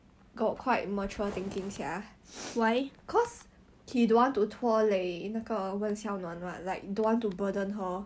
like a substitute for his ex I will also be like what the heck 做什么你现在才跟我讲 obviously I will also say 我讨厌你 liao 走掉